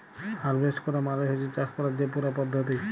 harvest ক্যরা মালে হছে চাষ ক্যরার যে পুরা পদ্ধতি